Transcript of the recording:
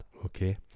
Okay